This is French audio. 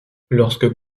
lorsque